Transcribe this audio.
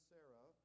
Sarah